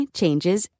changes